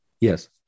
Yes